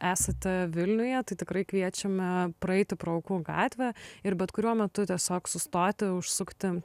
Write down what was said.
esate vilniuje tai tikrai kviečiame praeiti pro aukų gatvę ir bet kuriuo metu tiesiog sustoti užsukti